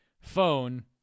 phone